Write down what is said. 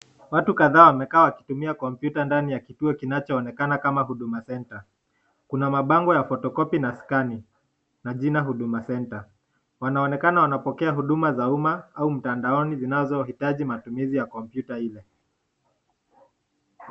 Watu kadhaa wamekaa wakitumia kompyuta ndani ya kituo kinacho onekana kama huduma [centre]. Kuna mabango ya [Photocopy] na [scanning] na jina huduma [centre]. Wanaonekana wanapikea huduma za umma au mtandaoni zinazohitaji matumizi ya kompyuta ile.